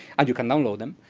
and you can download them.